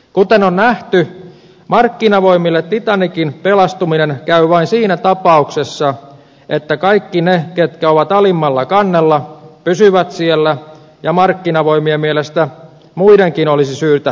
kuten on nähty markkinavoimille titanicin pelastuminen käy vain siinä tapauksessa että kaikki ne ketkä ovat alimmalla kannella pysyvät siellä ja markkinavoimien mielestä muidenkin olisi syytä siirtyä sinne